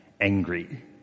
angry